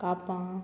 कापां